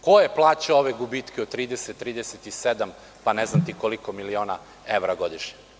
Ko je plaćao ove gubitke od 30, 37 pa ne znam koliko miliona evra godišnje?